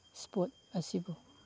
sport ꯑꯁꯤꯕꯨ